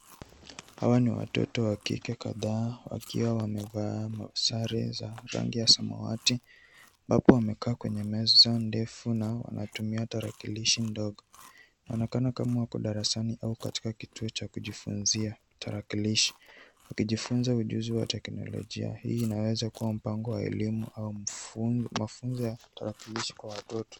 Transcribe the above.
Hawa ni watoto wa kike kadhaa wakiwa wamevaa sare za rangi ya samawati ambapo wamekaa kwenye meza ndefu na wanatumia tarakilishi ndogo. Inaonekana kama wako darasani au katika kituo cha kujifunzia tarakilishi. Wakijifunza ujuzi wa teknolojia. Hii inaweza kuwa mpango wa elimu au mafunzo ya tarakilishi kwa watoto.